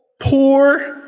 poor